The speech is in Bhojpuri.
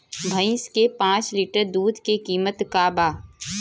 भईस के पांच लीटर दुध के कीमत का बा?